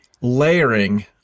layering